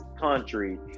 country